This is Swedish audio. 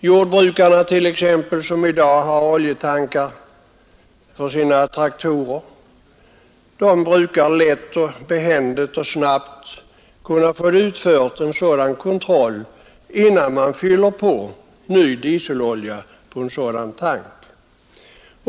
Jordbrukarna t.ex., som i dag har oljetankar för sina traktorer, brukar lätt, behändigt och snabbt kunna få kontrollen utförd innan ny dieselolja fylls på.